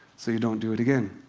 so you don't do it again.